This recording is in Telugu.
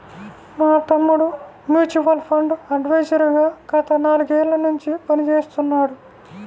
మా తమ్ముడు మ్యూచువల్ ఫండ్ అడ్వైజర్ గా గత నాలుగేళ్ళ నుంచి పనిచేస్తున్నాడు